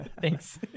thanks